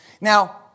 Now